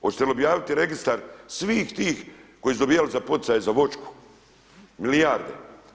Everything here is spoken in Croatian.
Hoćete li objaviti registar svih tih koji su dobivali poticaje za voćke, milijarde?